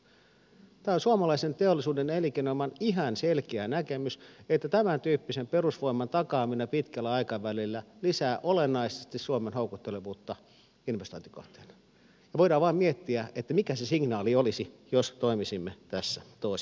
tämä on suomalaisen teollisuuden ja elinkeinoelämän ihan selkeä näkemys että tämäntyyppisen perusvoiman takaaminen pitkällä aikavälillä lisää olennaisesti suomen houkuttelevuutta investointikohteena ja voidaan vain miettiä mikä se signaali olisi jos toimisimme tässä toisinpäin